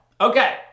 Okay